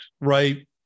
right